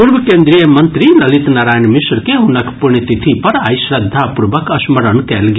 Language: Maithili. पूर्व केन्द्रीय मंत्री ललित नारायण मिश्र के ह्नक पुण्यतिथि पर आइ श्रद्धापूर्वक स्मरण कयल गेल